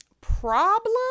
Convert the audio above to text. problem